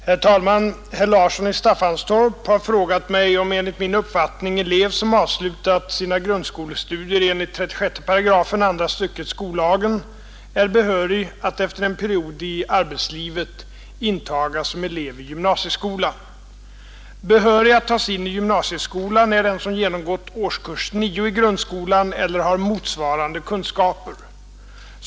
Herr talman! Herr Larsson i Staffanstorp har frågat mig om enligt min uppfattning elev som avslutat sina grundskolestudier enligt 36 § andra stycket skollagen är behörig att efter en period i arbetslivet intagas som elev i gymnasieskolan. Behörig att tas in i gymnasieskolan är den som genomgått årskurs 9 i grundskolan eller har motsvarande kunskaper.